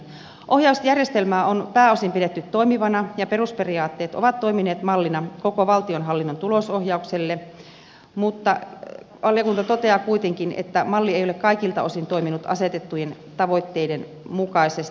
ohjausjärjestelmää on pääosin pidetty toimivana ja perusperiaatteet ovat toimineet mallina koko valtionhallinnon tulosohjaukselle mutta valiokunta toteaa kuitenkin että malli ei ole kaikilta osin toiminut asetettujen tavoitteiden mukaisesti